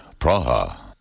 Praha